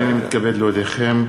הנני מתכבד להודיעכם,